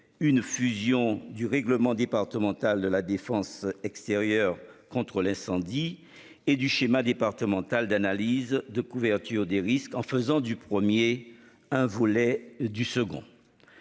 une fusion du règlement départemental de la défense extérieure contre l'incendie et du schéma départemental d'analyses de couverture des risques en faisant du premier un volet du second.